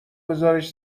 بزارش